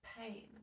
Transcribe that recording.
pain